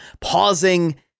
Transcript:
pausing